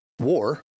War